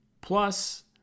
Plus